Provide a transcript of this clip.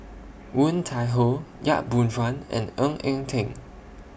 Woon Tai Ho Yap Boon Chuan and Ng Eng Teng